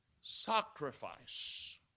sacrifice